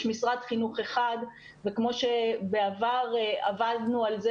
יש משרד חינוך אחד וכמו שבעבר עבדנו על זה